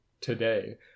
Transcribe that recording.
today